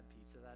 pizza